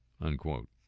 unquote